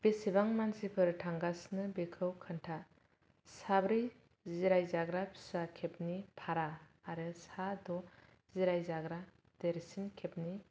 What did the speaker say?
बेसेबां मानसिफोर थांगासिनो बेखौ खोन्था साब्रै जिरायजाग्रा फिसा केबनि भारा आरो सा द' जिरायजाग्रा देरसिन केबनि